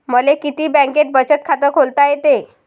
मले किती बँकेत बचत खात खोलता येते?